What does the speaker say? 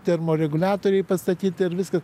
termoreguliatoriai pastatyti ir viskas